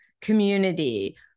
community